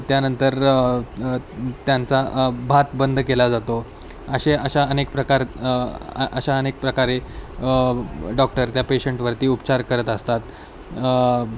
त्यानंतर त्यांचा भात बंद केला जातो असे अशा अनेक प्रकार अशा अनेक प्रकारे डॉक्टर त्या पेशंटवरती उपचार करत असतात